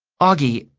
auggie,